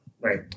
Right